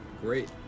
Great